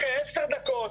אחרי עשר דקות,